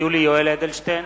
יולי יואל אדלשטיין,